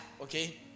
Okay